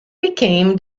became